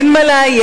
אין מה לאיים,